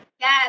Yes